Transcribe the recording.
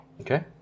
Okay